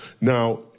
Now